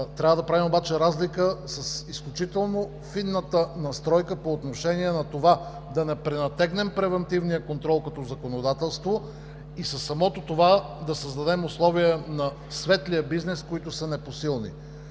Трябва да правим обаче разлика с изключително фината настройка по отношение на това да не пренатегнем превантивния контрол като законодателство и с това да създадем условия на светлия бизнес, които са непосилни.